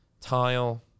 tile